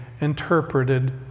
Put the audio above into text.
interpreted